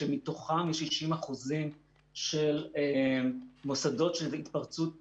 שמתוכם יש 60% של מסודות שזו ההתפרצות השנייה.